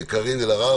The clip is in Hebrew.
קארין אלהרר,